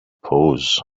pause